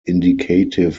indicative